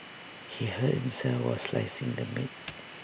he hurt himself while slicing the meat